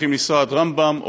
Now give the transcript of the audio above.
צריכים לנסוע עד רמב"ם,